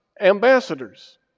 ambassadors